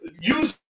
Use